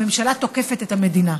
הממשלה תוקפת את המדינה.